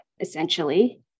essentially